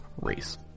race